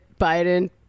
Biden